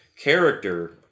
character